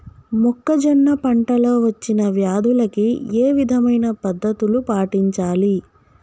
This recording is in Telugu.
మొక్కజొన్న పంట లో వచ్చిన వ్యాధులకి ఏ విధమైన పద్ధతులు పాటించాలి?